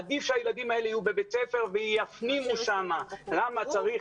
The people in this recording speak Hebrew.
עדיף שהילדים האלה יהיו בבית ספר ויפנימו שם למה צריך